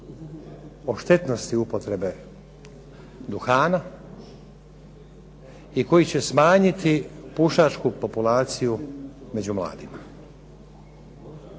o štetnosti upotrebe duhana i koji će smanjiti pušačku populaciju među mladima.